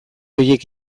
horiek